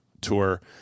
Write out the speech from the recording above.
tour